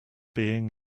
being